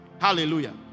Hallelujah